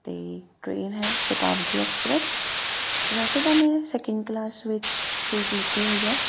ਅਤੇ ਟਰੇਨ ਹੈ ਸ਼ਤਾਬਦੀ ਐਕਸਪ੍ਰੈਸ ਵੈਸੇ ਤਾਂ ਮੈਂ ਸੈਕਿੰਡ ਕਲਾਸ ਵਿੱਚ ਸੀਟ ਲਈ ਹੋਈ ਹੈ